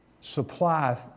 supply